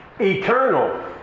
Eternal